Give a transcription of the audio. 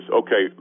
okay